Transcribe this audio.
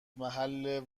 محل